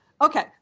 Okay